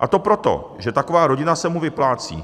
a to proto, že taková rodina se mu vyplácí.